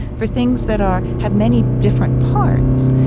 for things that are have many different parts,